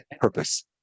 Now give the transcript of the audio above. purpose